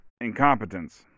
incompetence